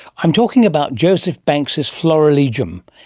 i'm talking about joseph banks's florilegium,